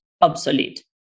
obsolete